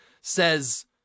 says